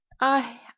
I